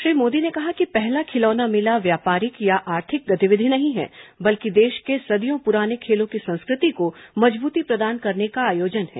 श्री मोदी ने कहा कि पहला खिलौना मेला व्यापारिक या आर्थिक गतिविधि नहीं है बल्कि देश के सदियों पुराने खेलों की संस्कृति को मजबूती प्रदान करने का आयोजन है